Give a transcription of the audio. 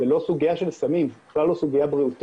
זאת לא סוגיה של סמים, בכלל לא סוגיה בריאותית,